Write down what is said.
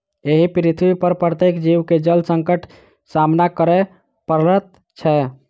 एहि पृथ्वीपर प्रत्येक जीव के जल संकट सॅ सामना करय पड़ैत छै